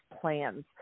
plans